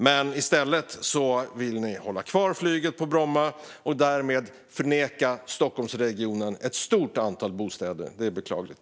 Men i stället vill regeringen hålla kvar flyget på Bromma och därmed förneka Stockholmsregionen ett stort antal bostäder. Det är beklagligt.